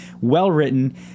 well-written